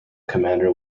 commander